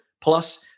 plus